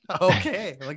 Okay